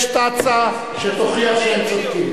יש תצ"א שתוכיח שהם צודקים,